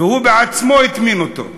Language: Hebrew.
והוא בעצמו הטמין אותו,